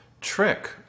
trick